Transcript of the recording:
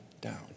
down